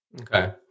Okay